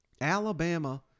Alabama